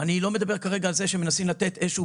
אני לא מדבר כרגע על זה שמנסים לתת איזשהו